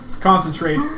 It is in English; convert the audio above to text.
concentrate